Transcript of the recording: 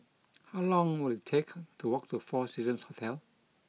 How long will it take to walk to Four Seasons Hotel